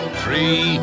three